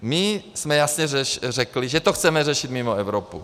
My jsme jasně řekli, že to chceme řešit mimo Evropu.